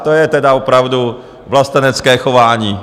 To je teda opravdu vlastenecké chování.